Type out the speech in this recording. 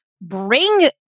bring